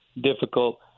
difficult